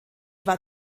war